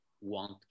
want